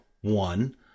one